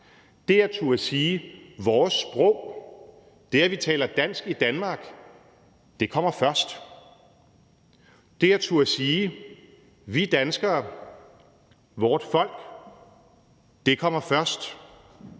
at turde sige: Vores sprog, det, at vi taler dansk i Danmark – det kommer først; det at turde sige: Vi danskere, vort folk – det kommer først;